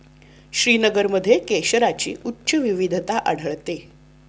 श्रीनगरमध्ये केशरची उच्च विविधता आढळते